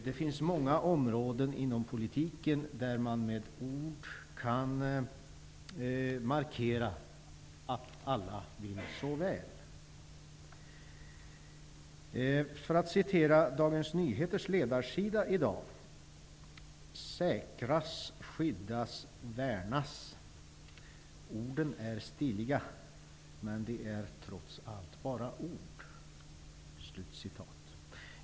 Det finns många områden inom politiken där man med ord kan markera att alla vill så väl. På Dagens Nyheters ledarsida står det i dag: '''Säkras, skyddas, värnas' -- orden är stiliga, men de är trots allt bara ord.''